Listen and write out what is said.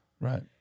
Right